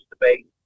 debate